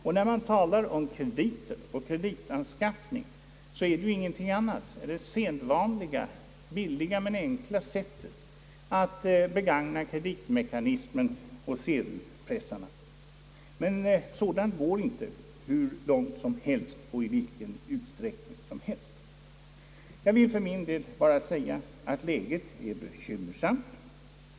Och när man talar om krediter och kreditanskaffning är det ju ingenting annat än det sedvanliga billiga men enkla sättet att begagna kreditmekanismen och sedelpressarna man är inne på med sina ord. Det går emellertid inte hur långt som helst och i vilken utsträckning som helst. Jag vill för min del bara säga att läget är bekymmersamt.